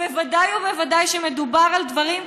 ובוודאי כשמדובר על דברים כאלה,